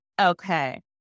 Okay